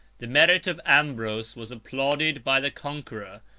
the merit of ambrose was applauded by the conqueror,